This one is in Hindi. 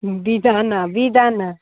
बेदाना बेदाना